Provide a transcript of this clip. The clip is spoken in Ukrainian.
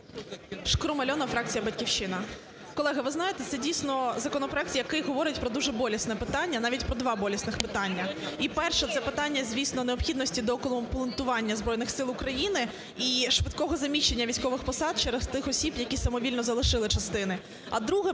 ШкрумАльона, фракція "Батьківщина". Колеги, ви знаєте, це, дійсно, законопроект, який говорить про дуже болісне питання, навіть про два болісних питання. І перше – це питання, звісно, необхідності доукомплектування Збройних Сил України і швидкого заміщення військових посад через тих осіб, які самовільно залишили частини. А друге